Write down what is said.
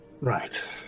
Right